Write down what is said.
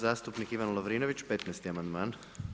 Zastupnik Ivan Lovrinović, 15 amandman.